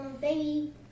baby